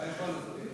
ואנחנו שמחים על כך.